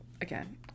Again